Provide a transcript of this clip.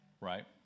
Right